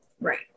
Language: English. Right